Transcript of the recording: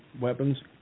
weapons